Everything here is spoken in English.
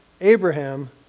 Abraham